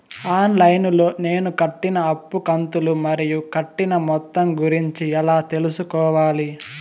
On line లో నేను కట్టిన అప్పు కంతులు మరియు కట్టిన మొత్తం గురించి ఎలా తెలుసుకోవాలి?